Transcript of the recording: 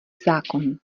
zákon